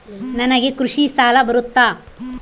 ನನಗೆ ಕೃಷಿ ಸಾಲ ಬರುತ್ತಾ?